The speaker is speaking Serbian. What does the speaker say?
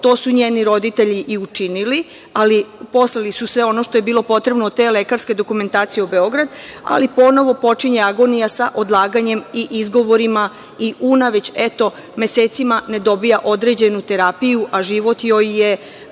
To su njeni roditelji i učinili, poslali su sve ono što je bilo potrebno od te lekarske dokumentacije u Beograd, ali ponovo počinje agonija sa odlaganjem i izgovorima i Una već mesecima ne dobija određenu terapiju, a život joj visi